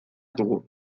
dugu